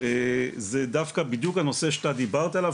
זה דווקא בדיוק הנושא שאתה דיברת עליו,